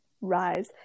Rise